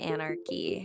Anarchy